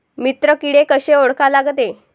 मित्र किडे कशे ओळखा लागते?